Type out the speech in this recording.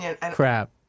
crap